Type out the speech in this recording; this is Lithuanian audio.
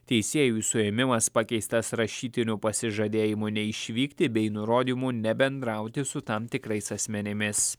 teisėjui suėmimas pakeistas rašytiniu pasižadėjimu neišvykti bei nurodymu nebendrauti su tam tikrais asmenimis